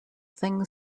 thing